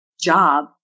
job